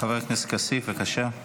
חבר הכנסת כסיף, בבקשה.